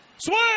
Swing